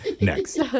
next